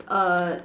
err